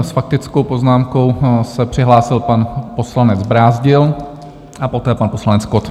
S faktickou poznámkou se přihlásil pan poslanec Brázdil a poté pan poslanec Kott.